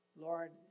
Lord